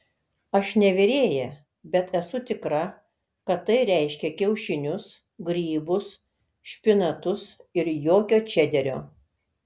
aš ne virėja bet esu tikra kad tai reiškia kiaušinius grybus špinatus ir jokio čederio